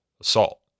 assault